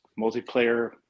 multiplayer